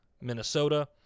Minnesota